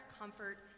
comfort